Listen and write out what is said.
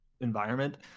environment